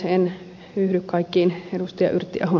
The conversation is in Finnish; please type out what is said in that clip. en yhdy kaikkiin ed